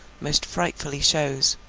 most frightfully shows.